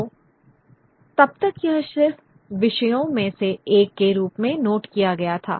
तो तब तक यह सिर्फ विषयों में से एक के रूप में नोट किया गया था